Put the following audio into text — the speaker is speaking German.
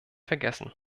vergessen